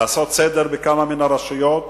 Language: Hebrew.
לעשות סדר בכמה מן הרשויות,